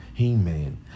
amen